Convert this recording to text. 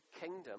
kingdom